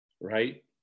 right